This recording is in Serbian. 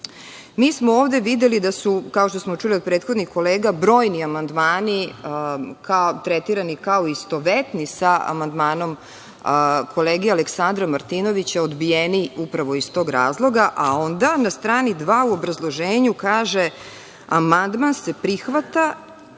smo ovde videli, kao što smo čuli od prethodnih kolega, brojni amandmani su tretirani kao istovetni sa amandmanom kolege Aleksandra Martinovića, odbijeni upravo iz tog razloga, a onda na strani dva u obrazloženju kaže – amandman se prihvata